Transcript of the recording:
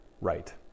right